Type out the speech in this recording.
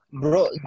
Bro